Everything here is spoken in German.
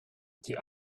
die